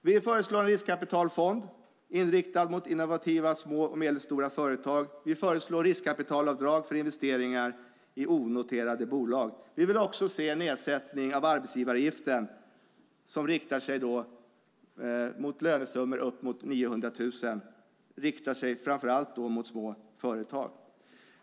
Vi föreslår en riskkapitalfond riktad till innovativa små och medelstora företag. Vi föreslår riskkapitalavdrag för investeringar i onoterade bolag. Vi vill också se en nedsättning av arbetsgivaravgiften för lönesummor upp mot 900 000. Det riktar sig framför allt till små företag.